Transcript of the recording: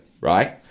Right